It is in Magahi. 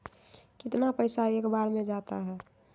कितना पैसा एक बार में जाता है?